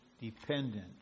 dependent